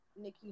Nikki